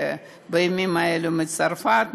ובימים האלה מצרפת,